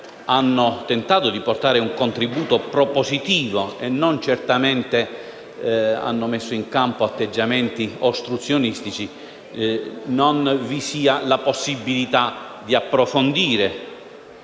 peraltro tentato di portare un contributo propositivo e non hanno certamente messo in campo atteggiamenti ostruzionistici, non vi sia la possibilità di approfondire